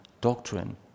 doctrine